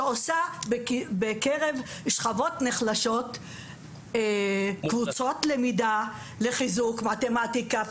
שעושה בקרב שכבות מוחלשות קבוצות למידה לחיזוק מתמטיקה,